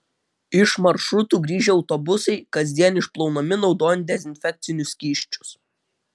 iš maršrutų grįžę autobusai kasdien išplaunami naudojant dezinfekcinius skysčius